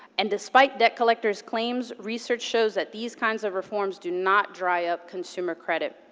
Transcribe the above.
and despite debt collectors' claims, research shows that these kinds of reforms do not dry up consumer credit.